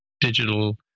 digital